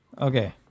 Okay